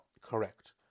correct